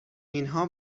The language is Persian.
اینها